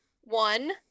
One